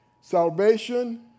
Salvation